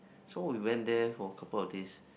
so we went there for a couple of days